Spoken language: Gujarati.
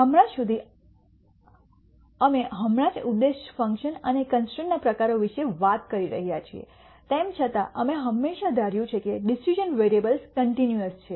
હમણાં સુધી અમે હમણાં જ ઉદ્દેશ ફંકશન અને કન્સ્ટ્રૈન્ટના પ્રકારો વિશે વાત કરી રહ્યા છીએ તેમ છતાં અમે હંમેશાં ધાર્યું છે કે ડિસિશ઼ન વેરીએબલ્સ કન્ટિન્યૂઅસ છે